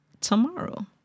tomorrow